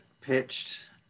pitched